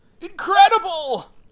Incredible